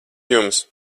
jums